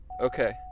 Okay